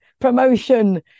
promotion